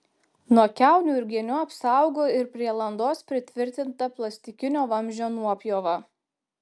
nuo kiaunių ir genių apsaugo ir prie landos pritvirtinta plastikinio vamzdžio nuopjova